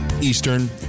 Eastern